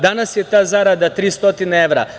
Danas je ta zarada 300 evra.